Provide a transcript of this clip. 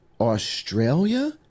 Australia